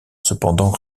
cependant